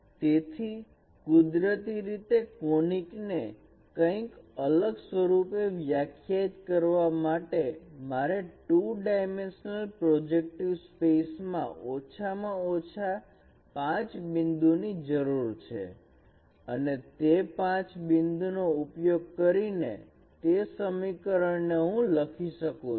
તેથી કુદરતી રીતે કોનીક ને કંઈક અલગ સ્વરૂપે વ્યાખ્યાયિત કરવા માટે મારે 2 ડાયમેન્શનલ પ્રોજેક્ટિવ સ્પેસ માં ઓછામાં ઓછા 5 બિંદુ ની જરૂર છે અને તે 5 બિંદુ નો ઉપયોગ કરીને તે સમીકરણ ને હું લખી શકું છું